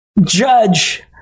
Judge